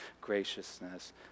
graciousness